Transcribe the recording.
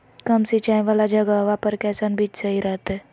कम सिंचाई वाला जगहवा पर कैसन बीज सही रहते?